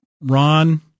Ron